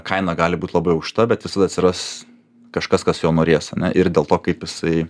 kaina gali būt labai aukšta bet visada atsiras kažkas kas jo norės ar ne ir dėl to kaip jisai